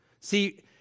See